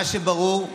מה שברור הוא